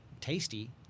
tasty